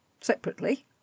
separately